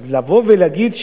אז לבוא ולהגיד שאלה,